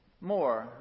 More